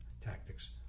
Tactics